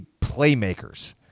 playmakers